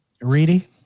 Reedy